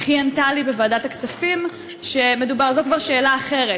אך היא ענתה לי בוועדת הכספים שזאת כבר שאלה אחרת.